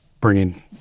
bringing